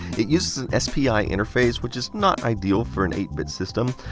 it uses an spi interface, which is not ideal for an eight bit system.